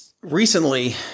Recently